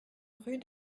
rue